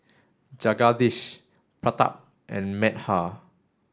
Jagadish Pratap and Medha